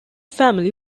family